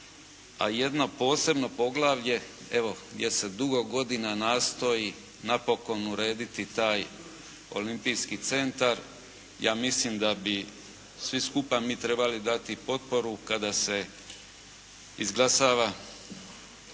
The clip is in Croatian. a jedno posebno poglavlje, evo gdje se dugo godina nastoji napokon urediti taj olimpijski centar, ja mislim da bi svi skupa mi trebali dati potporu kada se izglasava